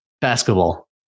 basketball